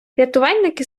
рятувальники